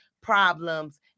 problems